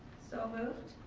so moved.